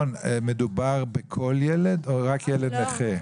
מדובר בכל ילד או רק ילד נכה?